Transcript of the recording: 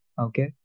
Okay